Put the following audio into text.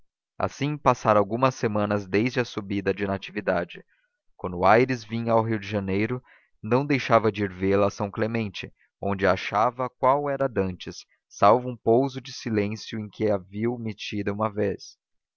assim passaram algumas semanas desde a subida de natividade quando aires vinha ao rio de janeiro não deixava de ir vê-la a são clemente onde a achava qual era dantes salvo um pouso de silêncio em que a viu metida uma vez